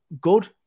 good